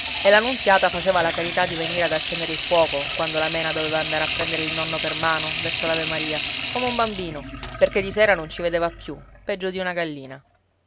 e la nunziata faceva la carità di venire ad accendere il fuoco quando la mena doveva andare a prendere il nonno per mano verso l'avemaria come un bambino perché di sera non ci vedeva più peggio di una gallina